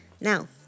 Now